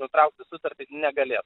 nutraukti sutartį negalės